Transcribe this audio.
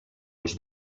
els